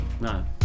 no